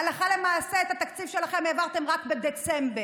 הלכה למעשה, את התקציב שלכם העברתם רק בדצמבר.